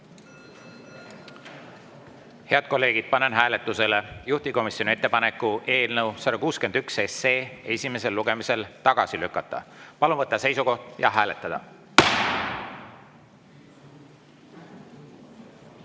jaatavalt.) Panen hääletusele juhtivkomisjoni ettepaneku eelnõu 119 esimesel lugemisel tagasi lükata. Palun võtta seisukoht ja hääletada!